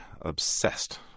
obsessed